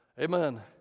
amen